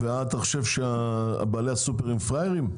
ואתה חושב שבעלי הסופרים פראיירים?